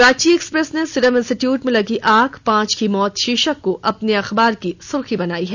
Ranchi Express ने Serum Institute में लगी आग पांच की मौत शीर्षक को अपने अखबार की सुर्खी बनाई है